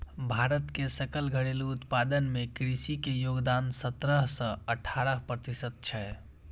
भारत के सकल घरेलू उत्पादन मे कृषि के योगदान सतरह सं अठारह प्रतिशत छै